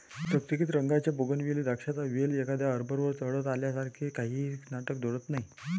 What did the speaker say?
चकचकीत रंगाच्या बोगनविले द्राक्षांचा वेल एखाद्या आर्बरवर चढत असल्यासारखे काहीही नाटक जोडत नाही